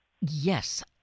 Yes